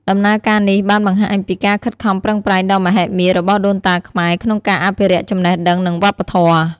ដំណើរការនេះបានបង្ហាញពីការខិតខំប្រឹងប្រែងដ៏មហិមារបស់ដូនតាខ្មែរក្នុងការអភិរក្សចំណេះដឹង និងវប្បធម៌។